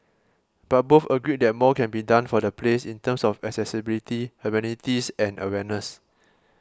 but both agreed that more can be done for the place in terms of accessibility amenities and awareness